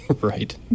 Right